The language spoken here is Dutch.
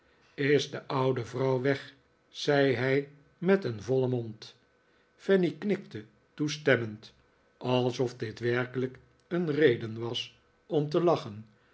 is de oude vrouw weg zei hij met een vollen mond fanny knikte toestemmend alsof dit werkelijk een reden was om te lachen